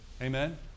Amen